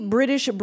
British